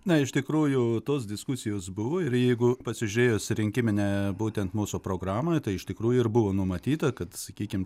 na iš tikrųjų tos diskusijos buvo ir jeigu pasižiūrėjus rinkiminę būtent mūsų programą tai iš tikrųjų ir buvo numatyta kad sakykim